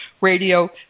radio